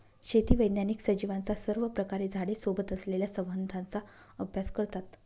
शेती वैज्ञानिक सजीवांचा सर्वप्रकारे झाडे सोबत असलेल्या संबंधाचा अभ्यास करतात